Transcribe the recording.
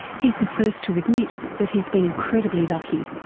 he's the first to admit that he's been incredibly lucky.